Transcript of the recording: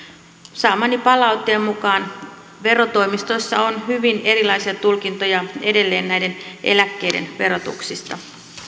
saamani palautteen mukaan verotoimistoissa on hyvin erilaisia tulkintoja edelleen näiden eläkkeiden verotuksista